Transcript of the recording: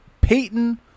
peyton